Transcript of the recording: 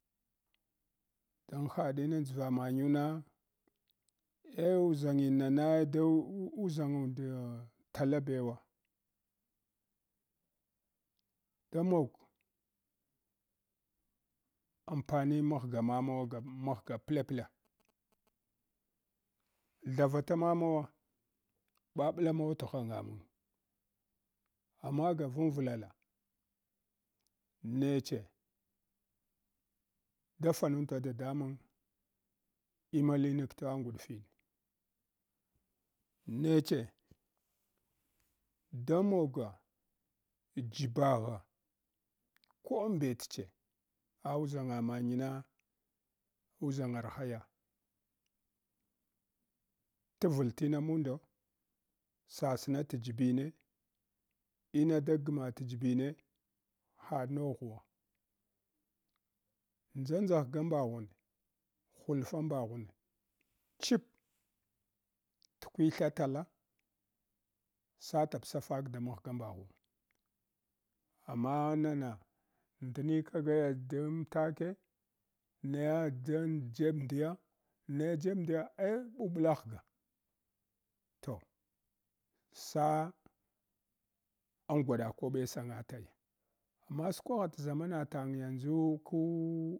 Amhaɗinin dʒva manyuna eh uʒangima na dau a uʒanguda tala baiwa damog anpani maghgmamawa ga maghga aleple thavata mamawa bablamawa tghmamaga amma ga vunvulala neche dadanata dadamung imadimik tra gudfe neche damoga jibagha ko ambet ah uʒanya mangne uʒangarhay tan el tina munada sasna t jibine ine da gmat jibine hanoghuwa ndʒanʒa ghga baghun hudfa baghu chip te witha tala satak safak da maghga mbaghum amma nana ndnikagana da intake naya dam jebdiya naya jebdiyai bublaghga toh-a angwaɗa kwabe sanga taya amma skwaghte ʒamana tang yanzu ku.